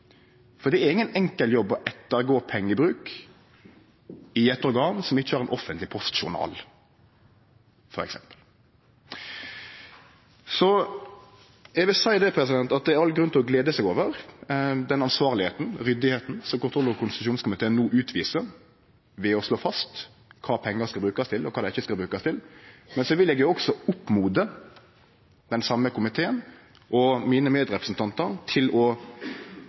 Det er ingen enkel jobb å gå etter pengebruk i eit organ som ikkje har ein offentleg postjournal, f.eks. Det er all grunn til å glede seg over det ansvaret og den ryddigheita som kontroll- og konstitusjonskomiteen no utviser ved å slå fast kva pengar skal og ikkje skal brukast til. Men eg vil oppmode den same komiteen og mine medrepresentantar til i neste omgang å